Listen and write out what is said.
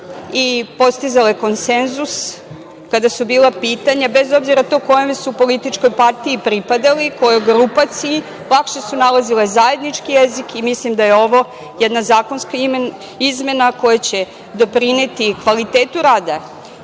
i postizale konsenzus kada su bila pitanja, bez obzira to kojom su političkoj pripadali, kojoj grupaciji, lakše su nalazile zajednički jezik. Mislim da je ovo zakonska izmena koja će doprineti kvalitetu rada